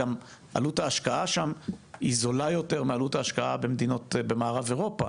גם עלות ההשקעה שם היא זולה יותר מעלות ההשקעה במדינות במערב אירופה,